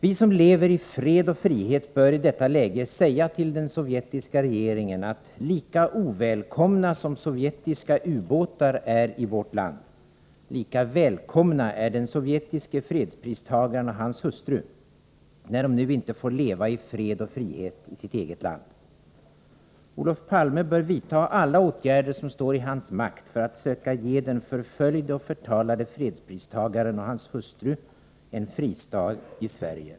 Vi som lever i fred och frihet bör i detta läge säga till den sovjetiska regeringen, att lika ovälkomna som sovjetiska ubåtar är i vårt land, lika välkomna är den sovjetiske fredspristagaren och hans hustru, när de nu inte får leva i fred och frihet i sitt eget land. Olof Palme bör vidta alla åtgärder som står i hans makt för att söka ge den förföljde och förtalade fredspristagaren och hans hustru en fristad i Sverige.